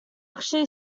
actually